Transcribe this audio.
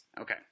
Okay